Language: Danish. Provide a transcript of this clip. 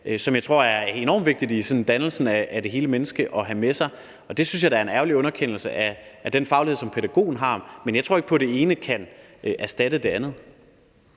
som jeg tror er enormt vigtigt sådan i dannelsen af det hele menneske at have med sig. Det synes jeg da er en ærgerlig underkendelse af den faglighed, som pædagogen har, men jeg tror ikke på, at det ene kan erstatte det andet.